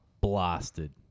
blasted